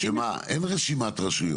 אין רשימת רשויות.